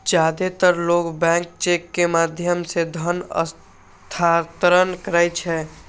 जादेतर लोग bank cheque के माध्यम सं धन हस्तांतरण करै छै